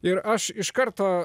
ir aš iš karto